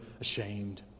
ashamed